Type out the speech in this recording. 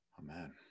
Amen